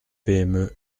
pme